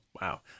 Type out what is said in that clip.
wow